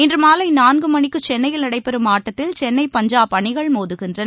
இன்றுமாலைநான்குமணிக்குசென்னையில் நடைபெறும் ஆட்டத்தில் சென்னை பஞ்சாப் அணிகள் மோதுகின்றன